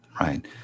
right